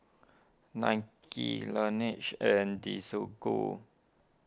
Nike Laneige and Desigual